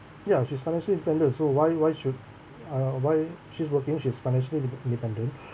ya she's financially independent so while while should uh while she's working she's financially de~ independent